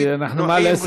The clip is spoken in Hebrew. נוחים ופשוטים.